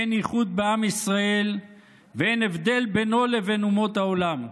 אין ייחוד בעם ישראל ואין הבדל בינו לבין אומות העולם,